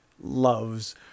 loves